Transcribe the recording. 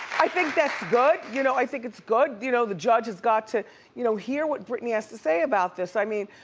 i think that's good. you know i think it's good. you know the judge has got you know hear what britney has to say about this. i mean,